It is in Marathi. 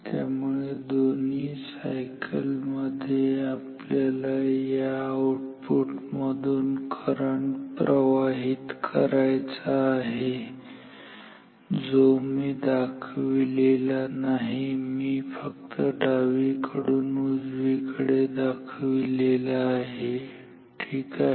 त्यामुळे दोन्ही सायकल मध्ये आपल्याला या आउटपुट मधून करंट प्रवाहित करायचा आहे जो मी दाखविलेला नाही मी फक्त डावीकडून उजवीकडे दाखविलेला आहे ठीक आहे